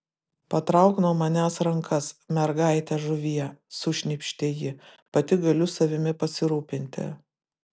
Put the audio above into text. patrauk nuo manęs rankas mergaite žuvie sušnypštė ji pati galiu savimi pasirūpinti